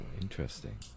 interesting